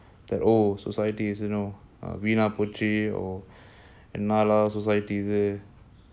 that oh society is you know வீணாபோச்சு